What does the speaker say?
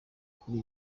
kuri